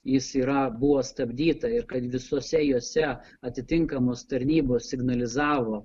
jis yra buvo stabdyta ir kad visose jose atitinkamos tarnybos signalizavo